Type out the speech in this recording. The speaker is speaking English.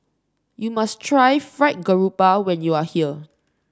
you must try Fried Garoupa when you are here